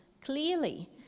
clearly